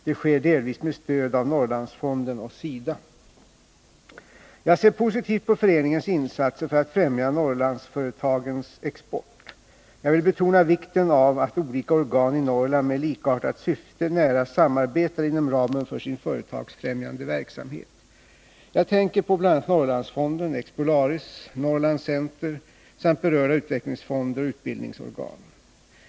Det sker delvis med stöd av Norrlandsfonden och SIDA. Jag ser positivt på föreningens insatser för att främja Norrlandsföretagens export. Jag vill betona vikten av att olika organ i Norrland med likartat syfte nära samarbetar inom ramen för sin företagsfrämjande verksamhet. Jag tänker på bl.a. Norrlandsfonden, Expolaris, Norrland Center samt berörda utvecklingsfonder och utbildningsorgan.